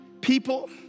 people